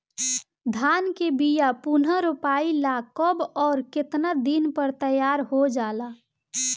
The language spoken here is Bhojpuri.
धान के बिया पुनः रोपाई ला कब और केतना दिन में तैयार होजाला?